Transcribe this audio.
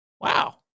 Wow